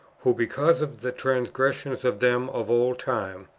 who, because of the trans gressions of them of old time,